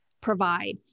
provide